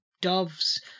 doves